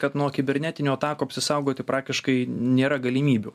kad nuo kibernetinių atakų apsisaugoti praktiškai nėra galimybių